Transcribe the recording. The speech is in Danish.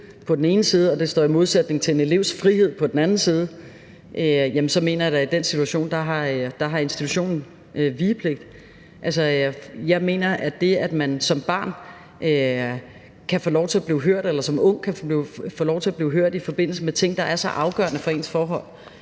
og det står i modsætning til en elevs frihed på den anden side, mener jeg da, at institutionen i den situation har vigepligt. Jeg mener, at man som barn eller ung skal kunne få lov til at blive hørt i forbindelse med de her ting, som er så afgørende for ens forhold.